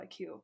iq